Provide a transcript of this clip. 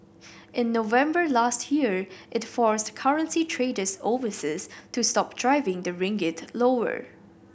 in November last year it forced currency traders overseas to stop driving the ringgit lower